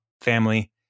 family